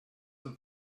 have